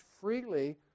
freely